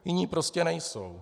Jiní prostě nejsou.